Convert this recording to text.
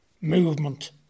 Movement